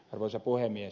arvoisa puhemies